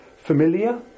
Familiar